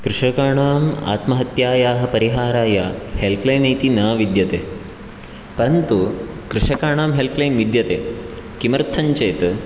कृषकाणाम् आत्महत्यायाः परिहाराय हेल्प्लैन् इति न विद्यते परन्तु कृषकाणां हेल्प्लैन् विद्यते किमर्थं चेत्